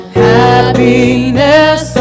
happiness